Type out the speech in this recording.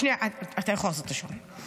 אתה יכול להחזיר את השעון.